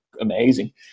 amazing